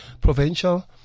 provincial